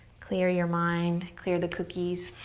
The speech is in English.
clear your mind, clear the cookies.